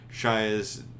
Shia's